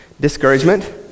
discouragement